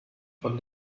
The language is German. von